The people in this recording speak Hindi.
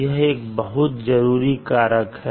यह एक बहुत ही जरूरी कारक है